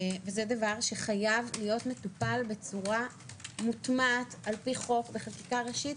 זה דבר שחייב להיות מטופל בצורה מוטמעת על-פי חוק בחקיקה ראשית.